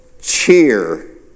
cheer